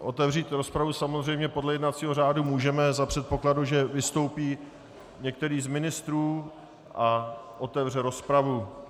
Otevřít rozpravu samozřejmě podle jednacího řádu můžeme za předpokladu, že vystoupí některý z ministrů a otevře rozpravu.